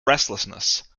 restlessness